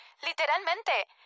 literalmente